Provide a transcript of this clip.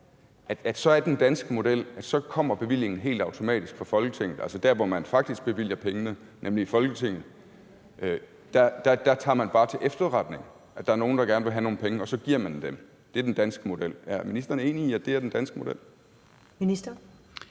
have, er den danske model, at så kommer bevillingen helt automatisk fra Folketinget – altså der, hvor man faktisk bevilger pengene, nemlig i Folketinget, tager man bare til efterretning, at der er nogen, der gerne vil have nogle penge, og så giver man dem. Det er den danske model. Er ministeren enig i, at det er den danske model? Kl.